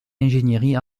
ingénierie